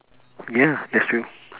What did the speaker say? ya that's true